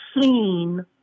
seen